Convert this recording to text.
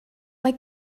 mae